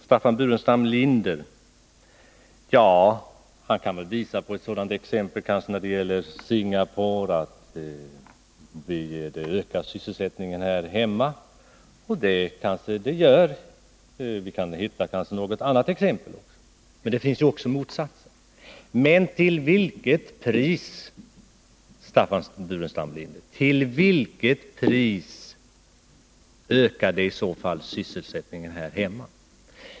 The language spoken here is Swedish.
Staffan Burenstam Linder nämner Singapore som exempel på ett land som bidrar till att öka sysselsättningen här hemma. Så är det kanske, och det är möjligt att vi kan hitta flera exempel, men det finns också exempel på motsatsen. Men till vilket pris, Staffan Burenstam Linder, ökar i så fall sysselsättningen här hemma?